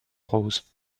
roses